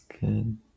good